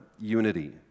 unity